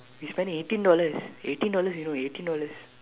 we spend eighteen dollars eighteen dollars you know eighteen dollars